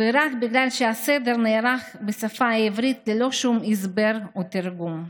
ורק בגלל שהסדר נערך בשפה העברית ללא שום הסבר או תרגום.